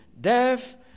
death